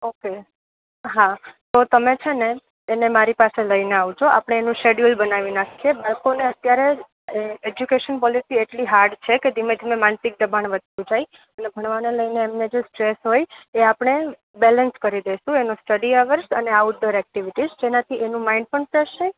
okay હા તો તમે છે ને એને મારી પાસે લઈને આવજો આપડે એનું શેડયુઅલ બનાવી નાખીએ બાળકોને અત્યારે એજ્યુકેશન કોલેટી એટલી હાર્ડ છે કે ધીમે ધીમે માનસિક દબાણ વધતું જાય અને ભણવાને લઈને એમને જો સ્ટ્રેસ હોય એ આપણે બેલેન્સ કરી દેસું એનું સ્ટડી અવર્સ અને આઉટડોર એકટીવીટીસ જેનાથી એનું માઈન્ડ પણ ફ્રેશ રે